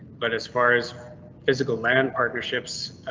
but as far as physical land. partnerships.